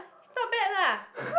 not bad lah